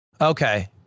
Okay